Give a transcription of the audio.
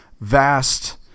vast